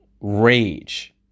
rage